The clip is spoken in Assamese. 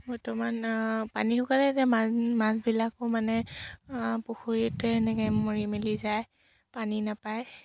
বৰ্তমান পানী শুকালে এতিয়া মাছ মাছবিলাকো মানে পুখুৰীতে এনেকৈ মৰি মেলি যায় পানী নাপায়